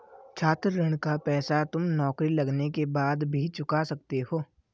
छात्र ऋण का पैसा तुम नौकरी लगने के बाद भी चुका सकते हो